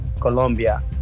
Colombia